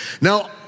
Now